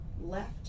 Left